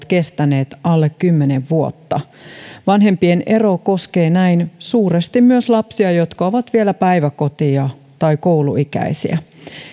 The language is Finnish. kestänyt alle kymmenen vuotta vanhempien ero koskee näin suuresti myös lapsia jotka ovat vielä päiväkoti tai kouluikäisiä